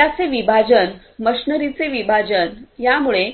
डेटाचे विभाजन मशीनरीचे विभाजन यामुळे